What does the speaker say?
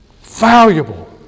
valuable